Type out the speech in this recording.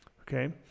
okay